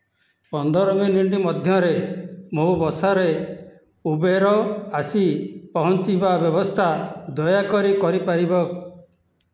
ପନ୍ଦର ମିନିଟ ମଧ୍ୟରେ ମୋ ବସାରେ ଉବେର୍ ଆସି ପହଞ୍ଚିବା ବ୍ୟବସ୍ଥା ଦୟାକରି କରିପାରିବ